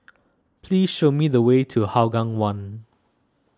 please show me the way to Hougang one